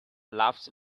laughs